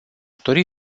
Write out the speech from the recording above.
dori